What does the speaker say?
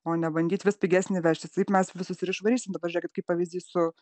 o ne bandyti vis pigesnį vežtis taip mes visus išvarysi dabar žiūrėkit kaip pavyzdį su